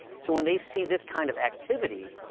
so when they see this kind of activity,